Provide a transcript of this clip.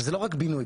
וזה לא רק בינוי,